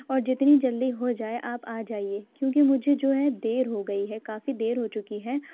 اور جتنی جلدی ہوجائے آپ آ جائیے کیوں کہ مجھے جو ہے دیر ہوگئی ہے کافی دیر ہو چکی ہے